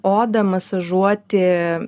odą masažuoti